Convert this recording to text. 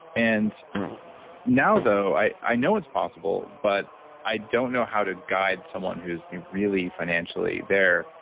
and now though, i i know it's possible, but i don't know how to guide someone who's really financially there,